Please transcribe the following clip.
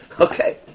Okay